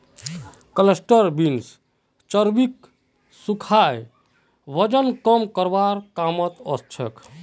cluster beans चर्बीक सुखाए वजन कम करवार कामत ओसछेक